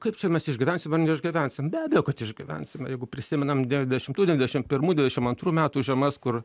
kaip čia mes išgyvensim ar neišgyvensim be abejo kad išgyvensim jeigu prisimenam devyniasdešimtų devyniasdešim pirmų devyniasdešim antrų metų žiemas kur